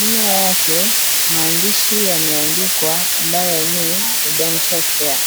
Nyuma yake, maandishi yameandikwa ambayo ni, Dental care .